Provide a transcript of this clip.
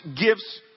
gifts